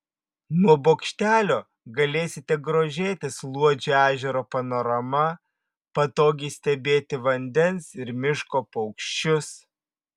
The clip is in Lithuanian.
nuo bokštelio galėsite grožėtis luodžio ežero panorama patogiai stebėti vandens ir miško paukščius